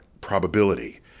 probability